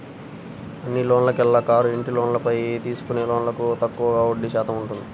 అన్ని లోన్లలోకెల్లా కారు, ఇంటి లోన్లపై తీసుకునే లోన్లకు తక్కువగా వడ్డీ శాతం ఉంటుంది